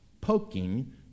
poking